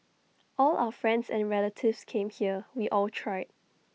all our friends and relatives came here we all tried